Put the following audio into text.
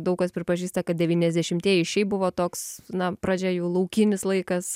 daug kas pripažįsta kad devyniasdešimtieji šiaip buvo toks na pradžia jų laukinis laikas